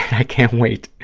i can't wait,